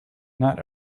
not